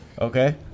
Okay